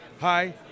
Hi